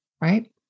Right